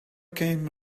came